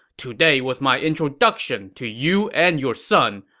today was my introduction to you and your son.